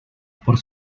por